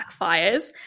backfires